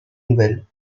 nouvelle